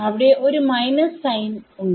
അവിടെ ഒരു minus sign ഉണ്ട്